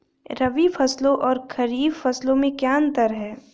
रबी फसलों और खरीफ फसलों में क्या अंतर है?